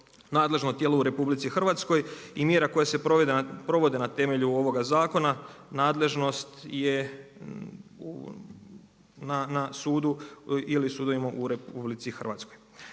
nadležno tijelu u RH i mjera koje se provode na temelju ovoga zakona nadležnost je na sudu ili sudovima u RH. Načelo